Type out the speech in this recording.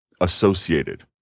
associated